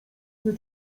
nie